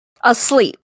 Asleep